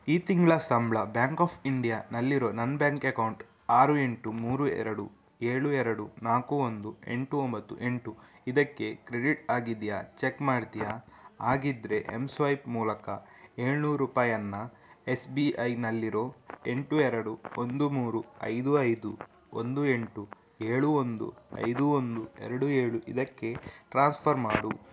ಈ ತಿಂಗಳ ಸಂಬಳ ಬ್ಯಾಂಕ್ ಆಫ್ ಇಂಡಿಯಾನಲ್ಲಿರೋ ನನ್ನ ಬ್ಯಾಂಕ್ ಅಕೌಂಟ್ ಆರು ಎಂಟು ಮೂರು ಎರಡು ಏಳು ಎರಡು ನಾಲ್ಕು ಒಂದು ಎಂಟು ಒಂಬತ್ತು ಎಂಟು ಇದಕ್ಕೆ ಕ್ರೆಡಿಟ್ ಆಗಿದೆಯಾ ಚೆಕ್ ಮಾಡ್ತಿಯಾ ಆಗಿದ್ದರೆ ಎಂಸ್ವೈಪ್ ಮೂಲಕ ಏಳುನೂರು ರೂಪಾಯನ್ನ ಎಸ್ ಬಿ ಐನಲ್ಲಿರೋ ಎಂಟು ಎರಡು ಒಂದು ಮೂರು ಐದು ಐದು ಒಂದು ಎಂಟು ಏಳು ಒಂದು ಐದು ಒಂದು ಎರಡು ಏಳು ಇದಕ್ಕೆ ಟ್ರಾನ್ಸ್ಫರ್ ಮಾಡು